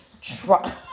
try